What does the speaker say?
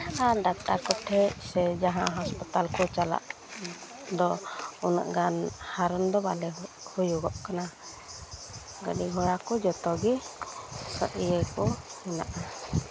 ᱟᱨ doctor ᱠᱚᱴᱷᱮᱡ ᱥᱮ ᱡᱟᱦᱟᱸ ᱦᱟᱥᱯᱯᱟᱛᱟᱞ ᱠᱚ ᱪᱟᱞᱟᱜ ᱫᱚ ᱩᱱᱟᱹᱜ ᱜᱟᱱ ᱦᱟᱨᱚᱱ ᱫᱚ ᱵᱟᱞᱮ ᱦᱩᱭᱩᱜᱚᱜ ᱠᱟᱱᱟ ᱜᱟᱺᱰᱤ ᱜᱷᱚᱲᱟ ᱠᱚ ᱡᱚᱛᱚᱜᱮ ᱤᱭᱟ ᱠᱚ ᱢᱮᱱᱟᱜᱼᱟ